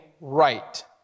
right